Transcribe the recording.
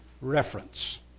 reference